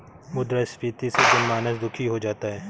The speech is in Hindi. मुद्रास्फीति से जनमानस दुखी हो जाता है